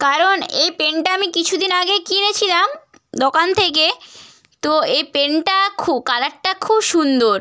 কারণ এই পেনটা আমি কিছু দিন আগে কিনেছিলাম দোকান থেকে তো এই পেনটা খু কালারটা খুব সুন্দর